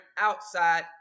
outside